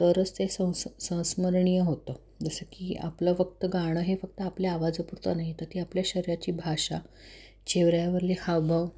तरच ते संस संस्मरणीय होतं जसं की आपलं फक्त गाणं हे फक्त आपल्या आवाजपुरतं नाही तर ती आपल्या शरीराची भाषा चेहऱ्यावरले हावभाव